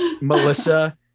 melissa